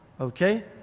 okay